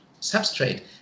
substrate